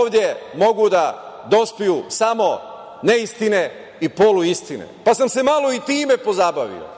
ovde mogu da dospiju samo neistine i poluistine. Pa sam se malo i time pozabavio,